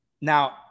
Now